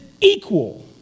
equal